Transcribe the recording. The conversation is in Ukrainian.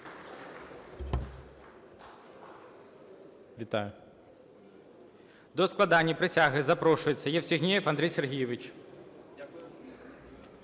До складення присяги запрошується Євстігнєєв Андрій Сергійович